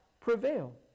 prevail